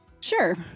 Sure